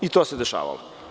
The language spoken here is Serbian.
I to se dešavalo.